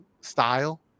style